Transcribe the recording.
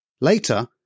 Later